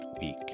week